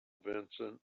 vincent